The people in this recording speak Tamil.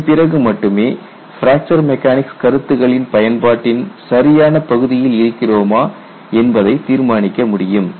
இதன் பிறகு மட்டுமே பிராக்சர் மெக்கானிக்ஸ் கருத்துகளின் பயன்பாட்டின் சரியான பகுதியில் இருக்கிறோமா என்பதை தீர்மானிக்கமுடியும்